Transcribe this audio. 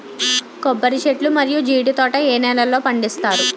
కొబ్బరి చెట్లు మరియు జీడీ తోట ఏ నేలల్లో పండిస్తారు?